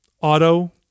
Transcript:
auto